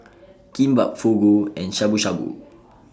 Kimbap Fugu and Shabu Shabu